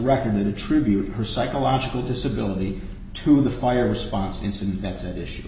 record that attribute her psychological disability to the fire response incident that's at issue